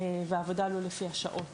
עבודה לא לפי השעות